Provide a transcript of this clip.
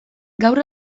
gaur